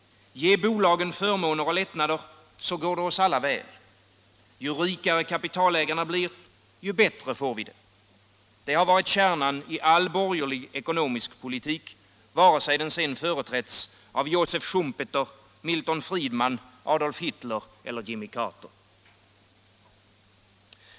Ge bolagen förmåner och lättnader, så går det oss alla väl! Ju rikare kapitalägarna blir, desto bättre får vi det! — det har varit kärnan i all borgerlig ekonomisk politik, vare sig den företrätts av Joseph Schumpeter, Milton Friedmann, Adolf Hitler eller Jimmy Carter.